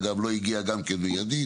אגב לא הגיע גם כן לידי,